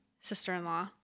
sister-in-law